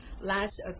last